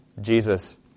Jesus